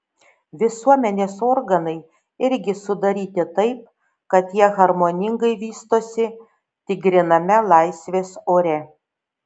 visuomenės organai irgi sudaryti taip kad jie harmoningai vystosi tik gryname laisvės ore